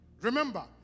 remember